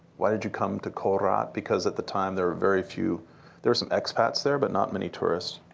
why did you come to khorat? because at the time, there were very few there were some ex-pats there but not many tourists,